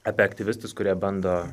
apie aktyvistus kurie bando